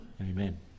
Amen